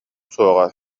суоҕа